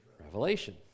Revelation